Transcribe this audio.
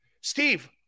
Steve